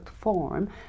form